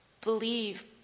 believe